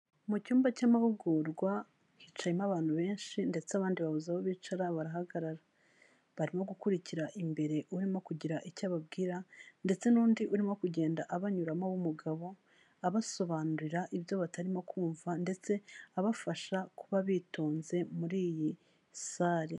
Mu cyumba cy'amahugurwa hicayemo abantu benshi ndetse abandi babuze aho bicara barahagarara barimo gukurikira imbere urimo kugira icyo ababwira, ndetse n'undi urimo kugenda abanyuramo w'umugabo abasobanurira ibyo batarimo kumva ndetse abafasha kuba bitonze muri iyi sare.